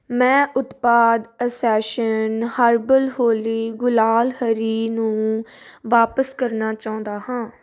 ਮੈਂ ਉਤਪਾਦ ਅਸੈਸ਼ਨ ਹਰਬਲ ਹੋਲੀ ਗੁਲਾਲ ਹਰੀ ਨੂੰ ਵਾਪਸ ਕਰਨਾ ਚਾਹੁੰਦਾ ਹਾਂ